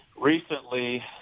recently